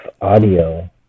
audio